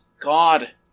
God